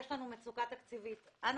יש לנו מצוקה תקציבית ענקית.